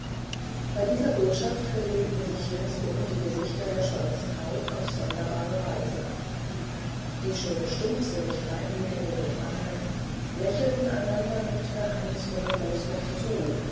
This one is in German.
bei dieser botschaft belebten sich ringsum die gesichter der schwarzen haut auf sonderbare weise die schon stumpfsinnig dreinblickenden gefangenen lächelten einander mit geheimnisvoller bosheit zu